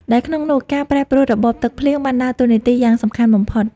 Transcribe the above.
ដែលក្នុងនោះការប្រែប្រួលរបបទឹកភ្លៀងបានដើរតួនាទីយ៉ាងសំខាន់បំផុត។